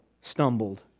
stumbled